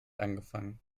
angefangen